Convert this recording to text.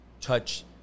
touch